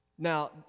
Now